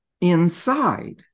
inside